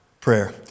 prayer